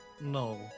No